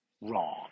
wrong